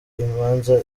imanza